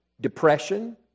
depression